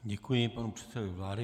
Děkuji panu předsedovi vlády.